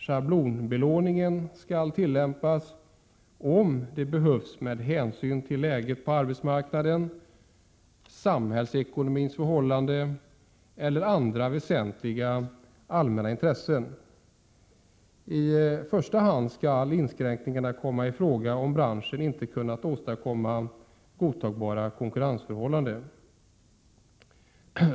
Schablonbelåning skall tillämpas ”om det behövs med hänsyn till läget på arbetsmarknaden, samhällsekonomiska förhållanden eller andra väsentliga allmänna intressen”. I första hand skall inskränkningar komma i fråga om branschen inte kunnat åstadkomma ”godtagbara konkurrensförhållanden”.